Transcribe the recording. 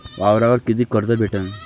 वावरावर कितीक कर्ज भेटन?